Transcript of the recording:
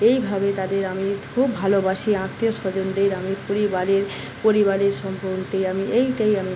এইভাবে তাদের আমি খুব ভালোবাসি আত্মীয়স্বজনদের আমি পরিবারের পরিবারের সম্বন্ধে আমি এইটাই আমি